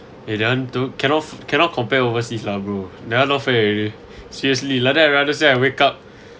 eh that one don't cannot cannot compare overseas lah bro that one not fair already seriously like that I'd rather say I wake up